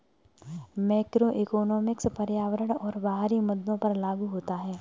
macroeconomics पर्यावरण और बाहरी मुद्दों पर लागू होता है